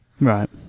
Right